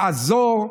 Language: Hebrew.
לעזור,